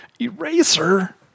Eraser